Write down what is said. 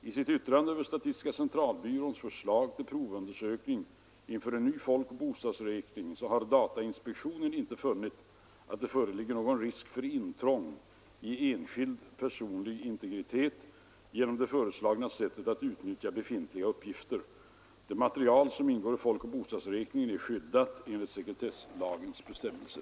I sitt yttrande över statistiska centralbyråns förslag till provundersökning inför en ny folkoch bostadsräkning har datainspektionen inte funnit att det föreligger någon risk för intrång i enskilds personliga integritet genom det föreslagna sättet att utnyttja befintliga uppgifter. Det material som ingår i folkoch bostadsräkning är skyddat enligt sekretesslagens bestämmelser.